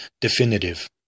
Definitive